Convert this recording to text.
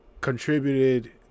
contributed